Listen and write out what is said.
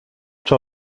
czy